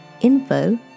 info